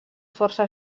força